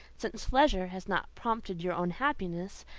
since leisure has not promoted your own happiness,